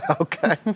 Okay